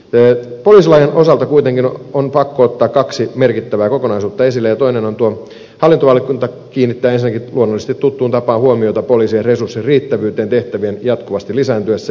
poliisilain osalta kuitenkin on pakko ottaa kaksi merkittävää kokonaisuutta esille ja toinen on se että hallintovaliokunta kiinnittää ensinnäkin luonnollisesti tuttuun tapaan huomiota poliisien resurssien riittävyyteen tehtävien jatkuvasti lisääntyessä